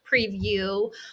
preview